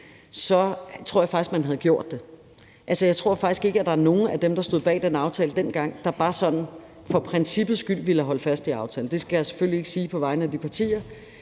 så tror jeg faktisk, man havde gjort det. Jeg tror faktisk ikke, at der er nogen af dem, der stod bag den aftale dengang, der bare sådan for princippets skyld ville have holdt fast i aftalen. Det skal jeg selvfølgelig ikke sige på vegne af de partier,